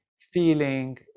feeling